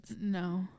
No